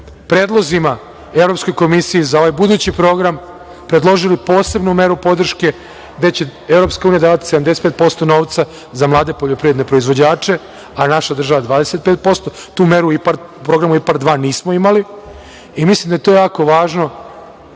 predlozima Evropskoj komisiji za ovaj budući program, predložili posebnu meru podrške gde će EU davati 75% novca za mlade poljoprivredne proizvođače, a naša država 25%. Tu meru IPARD 2 programu nismo imali. Mislim da je to jako važno